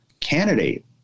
candidate